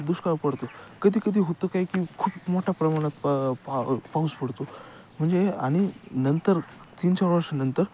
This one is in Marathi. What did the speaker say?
दुष्काळ पडतो कधी कधी होतं काय की खूप मोठ्या प्रमाणात पा पा पाऊस पडतो म्हणजे आणि नंतर तीन चार वर्षानंतर